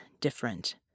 different